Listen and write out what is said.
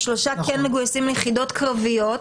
ושלושה כן מגויסים ליחידות קרביות,